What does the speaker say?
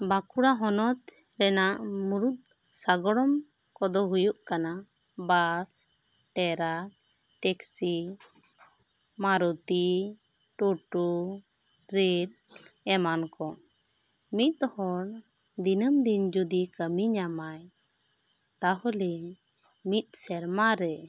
ᱵᱟᱸᱠᱩᱲᱟ ᱦᱚᱱᱚᱛ ᱨᱮᱱᱟᱜ ᱢᱩᱲᱩᱛ ᱥᱟᱜᱽᱲᱚᱢ ᱠᱚᱫᱚ ᱦᱩᱭᱩᱜ ᱠᱟᱱᱟ ᱵᱟᱥ ᱴᱮᱨᱟᱠ ᱴᱮᱠᱥᱤ ᱢᱟᱨᱩᱛᱤ ᱴᱳᱴᱳ ᱨᱮᱹᱞ ᱮᱢᱟᱱ ᱠᱚ ᱢᱤᱫ ᱦᱚᱲ ᱫᱤᱱᱟᱹᱢ ᱫᱤᱱ ᱡᱩᱫᱤ ᱠᱟᱹᱢᱤ ᱧᱟᱢᱟᱭ ᱛᱟᱦᱚᱞᱮ ᱢᱤᱫ ᱥᱮᱨᱢᱟ ᱨᱮ